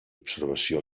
observació